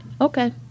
okay